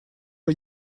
are